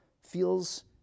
feels